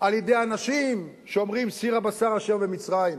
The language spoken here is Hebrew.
על-ידי אנשים שאומרים: סיר הבשר אשר במצרים.